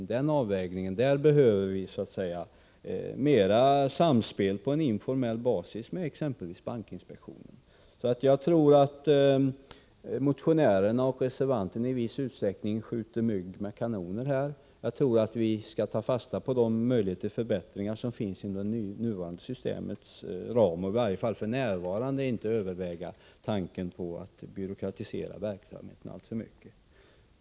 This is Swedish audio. I den avvägningen behöver vi mer samspel på informell basis med exempelvis bankinspektionen. Jag tror att motionärerna och reservanten i viss utsträckning skjuter mygg med kanoner. Jag tycker att vi skall ta fasta på de möjligheter till förbättringar som finns inom det nuvarande systemets ram och i varje fall inte f.n. överväga tanken att byråkratisera verksamheten alltför mycket.